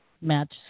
match